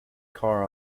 car